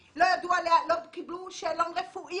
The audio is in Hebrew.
לא קבלו על רומי שום שאלון רפואי